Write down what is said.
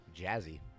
Jazzy